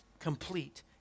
complete